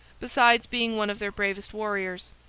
besides being one of their bravest warriors.